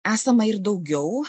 esama ir daugiau